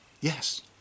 Yes